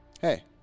Hey